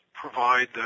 provide